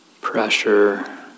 pressure